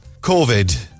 Covid